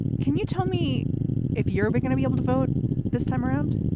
can you tell me if you're but going to be able to vote this time around?